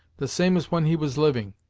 the same as when he was living,